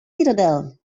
citadel